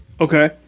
okay